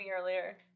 earlier